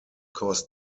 cause